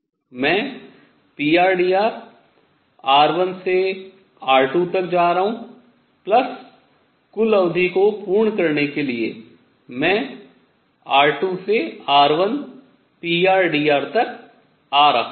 मैं prdr r1 से r2 तक जा रहा हूँ plus कुल अवधि को पूर्ण करने के लिए मैं r2 से r1 prdr तक आ रहा हूँ